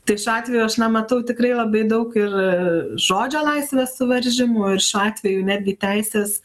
tai šiuo atveju aš na matau tikrai labai daug ir žodžio laisvės suvaržymų ir šiuo atveju netgi teisės